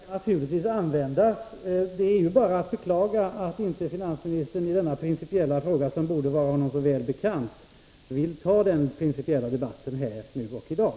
Herr talman! Jag tackar för denna inbjudan, och jag skall naturligtivs hörsamma den. Det är bara att beklaga att finansministern när det gäller denna fråga, som borde vara honom så väl bekant, inte vill föra den principiella debatten redan i dag.